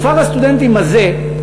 וכפר הסטודנטים הזה,